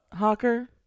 Hawker